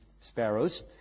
sparrows